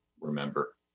remember